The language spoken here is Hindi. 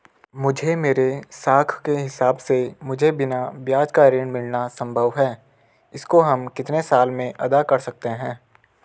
मुझे मेरे साख के हिसाब से मुझे बिना ब्याज का ऋण मिलना संभव है इसको हम कितने साल में अदा कर सकते हैं?